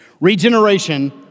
regeneration